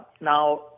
Now